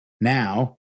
now